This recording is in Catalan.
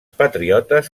patriotes